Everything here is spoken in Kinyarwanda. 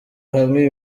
hamwe